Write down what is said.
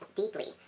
deeply